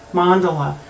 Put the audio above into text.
mandala